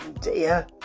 Dear